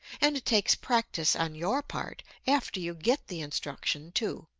and it takes practice on your part after you get the instruction, too.